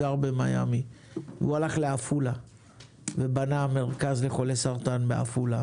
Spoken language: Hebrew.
הוא הלך לעפולה ובנה מרכז לחולי סרטן בעפולה